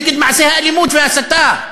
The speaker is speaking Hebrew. נגד מעשי האלימות וההסתה.